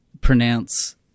pronounce